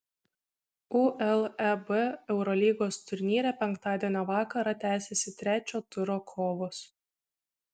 uleb eurolygos turnyre penktadienio vakarą tęsiasi trečio turo kovos